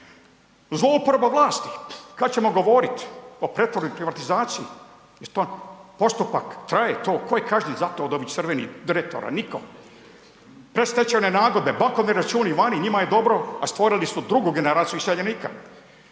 Zlouporaba vlasti. Kad ćemo govorit o pretvorbi i privatizaciji. To postupak traje, to ko je kažnjen za to od ovih crvenih direktora? Niko. Predstečajne nagodbe, bankovni računi vani, njima je dobro, a stvorili su drugu generaciju iseljenika.